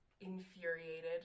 infuriated